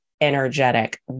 energetic